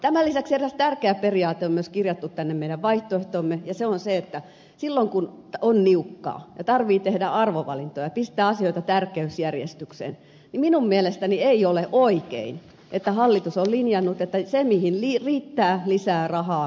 tämän lisäksi eräs tärkeä periaate on myös kirjattu tänne meidän vaihtoehtoomme ja se on se että silloin kun on niukkaa ja tarvitsee tehdä arvovalintoja pistää asioita tärkeysjärjestyksen minun mielestäni ei ole oikein että hallitus on linjannut että se mihin riittää lisää rahaa ovat varustelumenot